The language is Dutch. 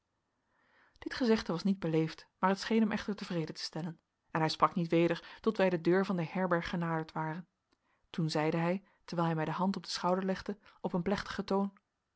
dit gezegde was niet beleefd maar het scheen hem echter tevreden te stellen en hij sprak niet weder tot wij de deur van de herberg genaderd waren toen zeide hij terwijl hij mij de hand op den schouder legde op een plechtigen toon